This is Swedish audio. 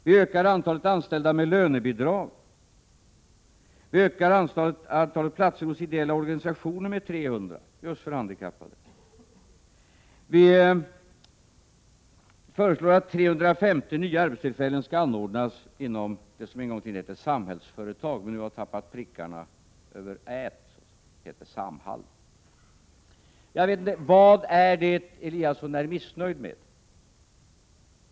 Vi ökar antalet anställda med lönebidrag, vi ökar antalet platser för handikappade hos ideella organisationer med 300. Vidare föreslår vi att 350 nya arbetstillfällen skall anordnas inom det som en gång i tiden hette Samhällsföretag men där man nu har slopat prickarna över ä, så att det heter Samhall. Jag vet inte vad det är Eliasson är missnöjd med.